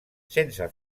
sense